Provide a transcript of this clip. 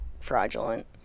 fraudulent